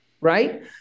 right